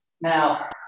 Now